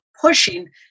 pushing